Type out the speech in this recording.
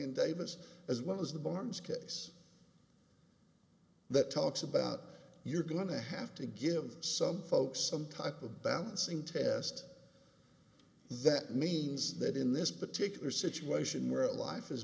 and davis as well as the barnes case that talks about you're going to have to give some folks some type of balancing test that means that in this particular situation where a life has